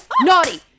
Naughty